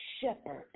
shepherd